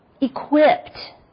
equipped